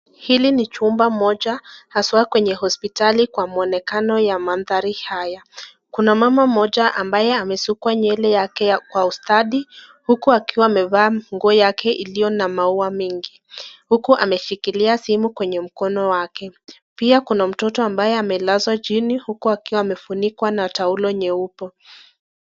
Hili ni chumba moja haswa kwenye hospitali kwa mwonekano ya mandhari haya. Kuna mama mmoja ambaye amesukwa nywele yake kwa ustadi. Huku akiwa amevaa nguo yake iliyo na maua mengi. Huku ameshikilia simu kwenye mkono wake. Pia kuna mtoto ambaye amelazwa chini huku akiwa amefunikwa na taulo nyeupe.